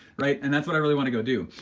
right? and that's what i really wanna go do,